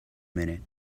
minute